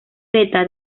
zeta